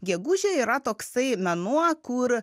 gegužė yra toksai mėnuo kur